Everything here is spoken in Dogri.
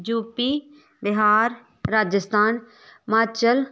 यूपी बिहार राजस्थान म्हाचल